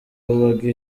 babaga